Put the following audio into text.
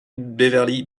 beverly